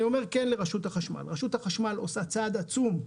אני אומר לרשות החשמל, רשות החשמל עושה צעד עצום,